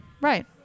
Right